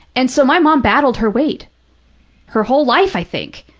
and so my mom battled her weight her whole life, i think,